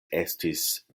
estis